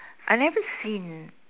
I never seen